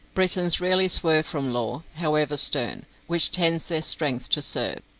britons rarely swerve from law, however stern, which tends their strength to serve.